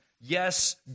Yes